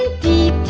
the